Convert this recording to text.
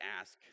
ask